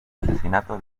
asesinato